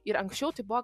ir anksčiau tai buvo